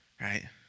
right